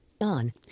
on